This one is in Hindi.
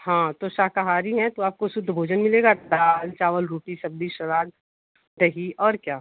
हाँ तो शाकाहारी हैं तो आपको शुद्ध भोजन मिलेगा दाल चावल रोटी सब्जी सलाद दही और क्या